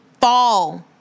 fall